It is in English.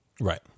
Right